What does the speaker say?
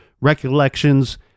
recollections